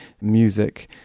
music